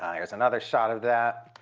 here is another shot of that.